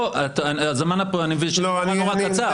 אני מבין שהזמן כאן הוא נורא קצר.